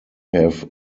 have